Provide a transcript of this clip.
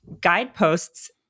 guideposts